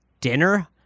dinner